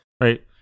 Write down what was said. Right